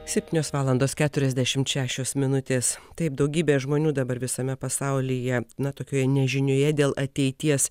septynios valandos keturiasdešimt šešios minutės taip daugybė žmonių dabar visame pasaulyje na tokioje nežinioje dėl ateities